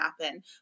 happen